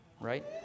right